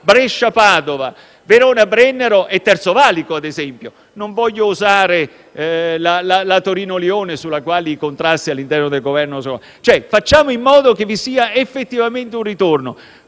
Brescia-Padova, Verona-Brennero e Terzo valico, ad esempio. Non voglio osare citare la Torino-Lione sulla quali ci sono contrarsi all'interno del Governo. Facciamo in modo che vi sia effettivamente un ritorno,